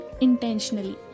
intentionally